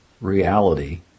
reality